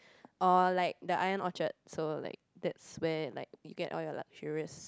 or like the Ion-Orchard so like that's where like you get all your luxurious